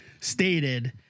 stated